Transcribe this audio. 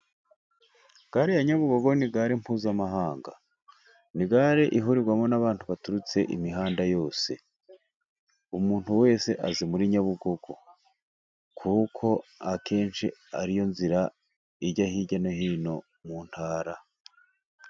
Gare ya nyabugogo ni gare mpuzamahanga, nigare ihurirwamo n'abantu baturutse imihanda yose, umuntu wese azi muri nyabugogo kuko akenshi ari yo nzira ijya hirya no hino mu ntara.